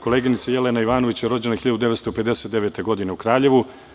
Koleginica Jelena Ivanović je rođena 1959. godine u Kraljevu.